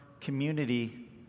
community